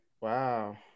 Wow